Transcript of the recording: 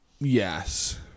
Yes